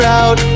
out